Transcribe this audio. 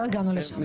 לא הגענו לשם,